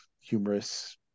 humorous